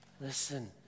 listen